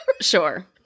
Sure